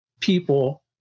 people